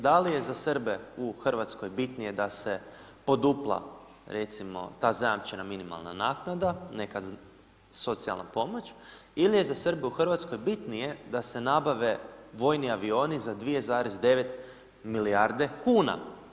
Da li je za Srbe u Hrvatskoj bitnije da se podupla recimo, ta zajamčena minimalna naknada, neka socijalna pomoć ili je za Srbe u Hrvatskoj bitnije da se nabave vojni avioni za 2,9 milijarde kuna.